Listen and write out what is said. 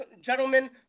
gentlemen